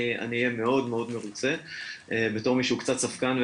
אני אהיה מאוד מרוצה בתור מי שהוא קצת ספקן,